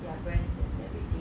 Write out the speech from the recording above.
their brands and everything